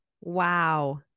Wow